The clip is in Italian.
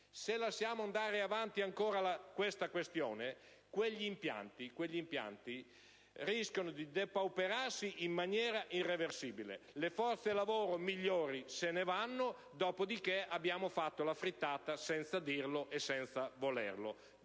Se lasciamo andare avanti ancora questa questione, quegli impianti rischiano di depauperarsi in maniera irreversibile. Le forze lavoro migliori se ne andranno, dopo di che avremo fatto la frittata, senza dirlo e senza volerlo.